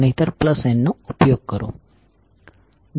નહિંતર n નો ઉપયોગ કરો